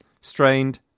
Strained